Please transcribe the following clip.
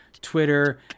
Twitter